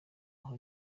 aho